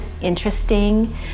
interesting